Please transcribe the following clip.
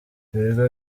ibigo